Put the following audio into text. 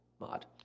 mod